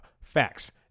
Facts